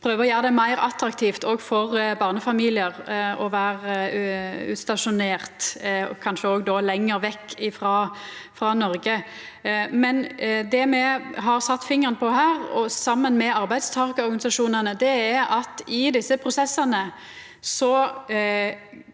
å prøva å gjera det meir attraktivt òg for barnefamiliar å vera utstasjonerte, og kanskje då lenger vekk frå Noreg. Det me har sett fingeren på her, saman med arbeidstakarorganisasjonane, er at det i desse prosessane